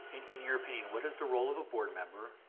in your opinion, what is the role of a board member,